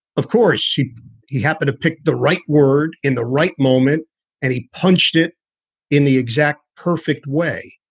of course, he he happened to pick the right word in the right moment and he punched it in the exact perfect way.